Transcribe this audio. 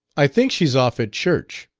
i think she's off at church,